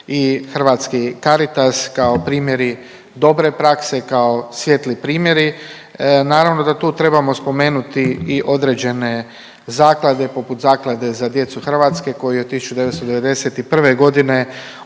Hrvatski Caritas kao primjeri dobre prakse kao svijetli primjeri. Naravno da tu trebamo spomenuti i određene zaklade poput Zaklade za djecu Hrvatske koji od 1991.g. osnovala